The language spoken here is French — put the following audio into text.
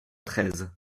treize